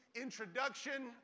introduction